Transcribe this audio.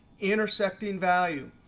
intersecting value.